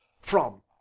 From—